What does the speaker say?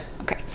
okay